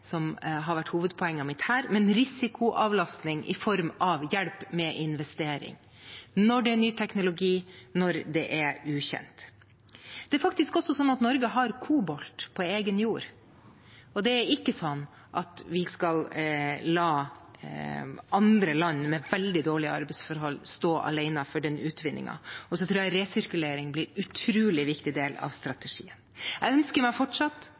som har vært hovedpoenget mitt her, men risikoavlastning i form av hjelp med investering når det er ny teknologi, når det er ukjent. Det er faktisk også sånn at Norge har kobolt på egen jord, og det er ikke sånn at vi skal la andre land med veldig dårlige arbeidsforhold stå for den utvinningen alene. Jeg tror resirkulering blir en utrolig viktig del av strategien. Jeg ønsker meg fortsatt